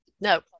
No